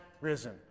risen